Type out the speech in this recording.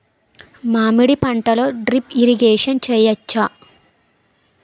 మామిడి పంటలో drip irrigation చేయచ్చా?